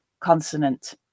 consonant